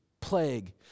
plague